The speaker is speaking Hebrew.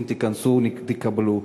אם תיכנסו תקבלו.